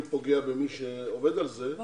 אני